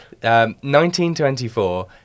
1924